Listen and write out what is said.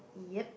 yup